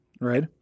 Right